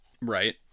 Right